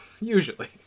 Usually